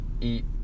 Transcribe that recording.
eat